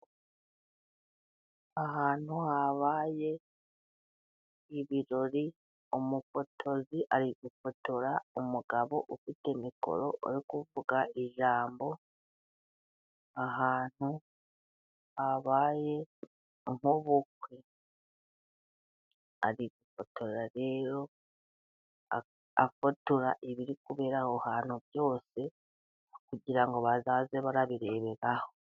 Ahantu habaye ibirori, umufotozi ari gufotora umugabo ufite mikoro yo kuvuga ijambo, ahantu habaye nk'ubukwe. Ari gufotora rero afotora ibiri kubera aho hantu byose kugira ngo bazajye babireberaho.